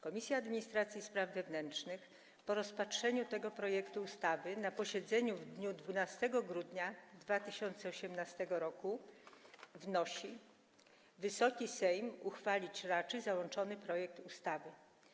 Komisja Administracji i Spraw Wewnętrznych po rozpatrzeniu tego projektu ustawy na posiedzeniu w dniu 12 grudnia 2018 r. wnosi, aby Wysoki Sejm uchwalić raczył załączony projekt ustawy.